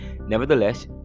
Nevertheless